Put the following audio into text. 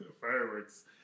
fireworks